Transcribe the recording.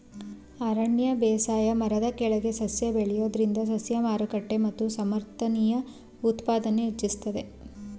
ಅರಣ್ಯ ಬೇಸಾಯ ಮರದ ಕೆಳಗೆ ಸಸ್ಯ ಬೆಳೆಯೋದ್ರಿಂದ ಸಸ್ಯ ಮಾರುಕಟ್ಟೆ ಮತ್ತು ಸಮರ್ಥನೀಯ ಉತ್ಪಾದನೆ ಹೆಚ್ಚಿಸ್ತದೆ